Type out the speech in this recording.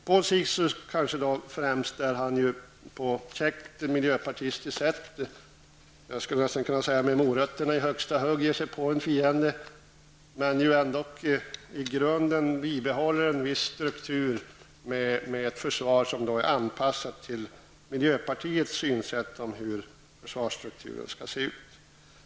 Paul Ciszuk vill på käckt miljöpartistiskt sätt med morötterna i högsta hugg ge sig på fienden. Men han bibehåller i grunden en viss struktur med ett försvar som är anpassat till miljöpartiets synsätt om hur försvarsstrukturen skall se ut.